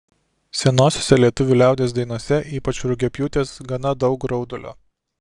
senosiose lietuvių liaudies dainose ypač rugiapjūtės gana daug graudulio